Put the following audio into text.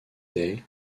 day